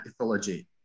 ethology